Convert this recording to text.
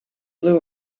blew